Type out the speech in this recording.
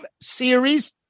series